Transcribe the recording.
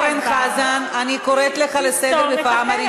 לא שמעתי אותך אומרת את זה כשפגעו בחברים מהקואליציה.